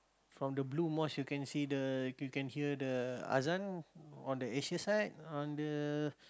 from the blue mosque you can see the you can hear the Azan on the Asia side on the